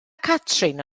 catrin